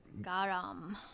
Garam